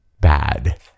bad